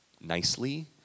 nicely